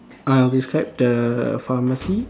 I'll describe the pharmacy